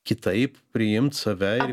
kitaip priimt save ir